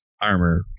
armor